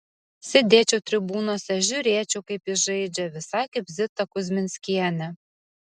sėdėčiau tribūnose žiūrėčiau kaip jis žaidžia visai kaip zita kuzminskienė